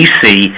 see